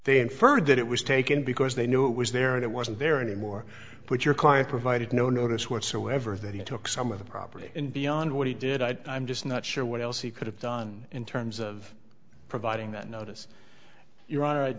they inferred that it was taken because they knew it was there and it wasn't there anymore put your client provided no notice whatsoever that he took some of the property and beyond what he did i'm just not sure what else he could have done in terms of providing that notice your hon